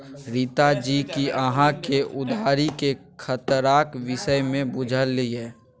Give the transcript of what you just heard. रीता जी कि अहाँक उधारीक खतराक विषयमे बुझल यै?